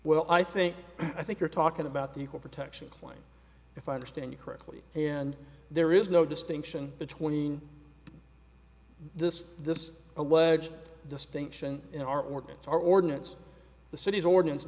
well i think i think you're talking about the equal protection claim if i understand you correctly and there is no distinction between this this alleged distinction in our organs our ordinance the city's ordinance